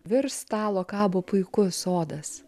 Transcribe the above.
virš stalo kabo puikus sodas